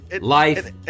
life